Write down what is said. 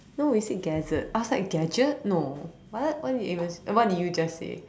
no you said gazette I was like gadget no what what did you even what did you just say